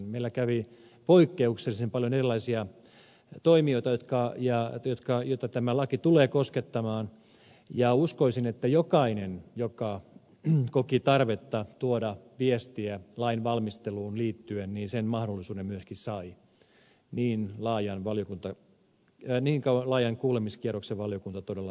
meillä kävi poikkeuksellisen paljon erilaisia toimijoita joita tämä laki tulee koskettamaan ja uskoisin että jokainen joka koki tarvetta tuoda viestiä lainvalmisteluun liittyen sen mahdollisuuden myöskin sai sillä niin laajan kuulemiskierroksen valiokunta todella teki